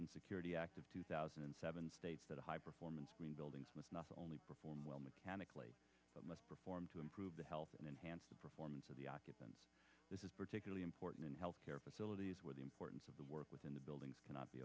and security act of two thousand and seven states that high performance buildings must not only perform well mechanically but must perform to improve the health and enhance performance of the occupants this is particularly important in healthcare facilities where the importance of the work within the building cannot be